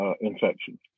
infection